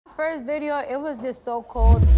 first video, it was just so cold.